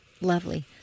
Lovely